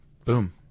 Boom